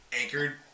anchored